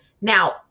Now